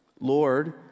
Lord